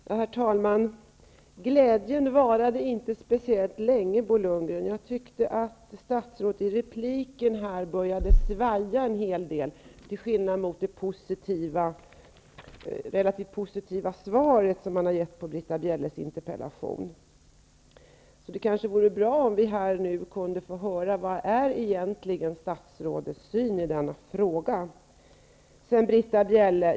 Herr talman! Glädjen varade inte speciellt länge, Bo Lundgren. Jag tyckte att statsrådet började svaja en hel del i repliken till skillnad mot det relativt positiva svar som han har givit på Britta Bjelles interpellation. Det vore kanske bra om vi kunde få höra här vad statsrådets syn på denna fråga egentligen är.